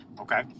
Okay